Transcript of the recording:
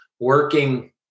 working